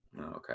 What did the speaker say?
Okay